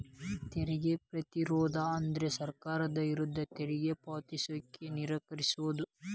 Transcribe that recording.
ತೆರಿಗೆ ಪ್ರತಿರೋಧ ಅಂದ್ರ ಸರ್ಕಾರದ ವಿರುದ್ಧ ತೆರಿಗೆ ಪಾವತಿಸಕ ನಿರಾಕರಿಸೊದ್